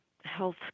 health